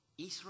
Israel